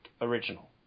original